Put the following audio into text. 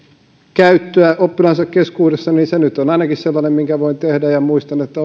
käyttöä oppilaidensa keskuudessa niin se nyt on ainakin sellainen minkä voi tehdä muistan että